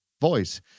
voice